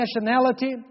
nationality